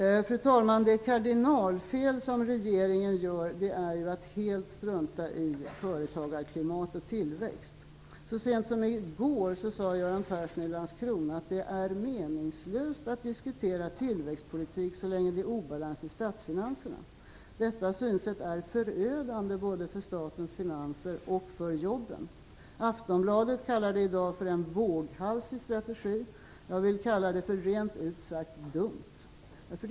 Fru talman! Det kardinalfel som regeringen gör är att helt strunta i företagarklimat och tillväxt. Så sent som i går sade Göran Persson i Landskrona att det är meningslöst att diskutera tillväxtpolitik så länge det är obalans i statsfinanserna. Detta synsätt är förödande både för statens finanser och för jobben. Aftonbladet kallar det i dag för en våghalsig strategi. Jag vill rent ut sagt kalla det dumt.